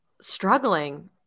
struggling